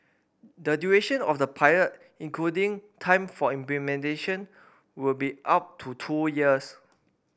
the duration of the pilot including time for implementation will be up to two years